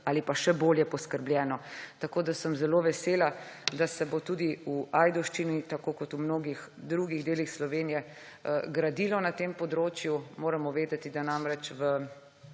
ali pa še bolje poskrbljeno. Tako da sem zelo vesela, da se bo tudi v Ajdovščini, tako kot v mnogih drugih delih Slovenije, gradilo na tem področju. Moramo namreč